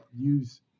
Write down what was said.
use